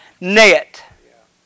net